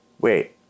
wait